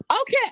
Okay